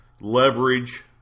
leverage